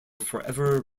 forever